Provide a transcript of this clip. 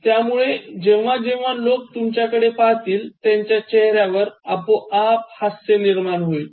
त्यामुळे जेव्हा जेव्हा लोक तुमच्याकडे पाहतील त्यांच्या चेहऱ्यावर आपोआप हास्य निर्माण होईल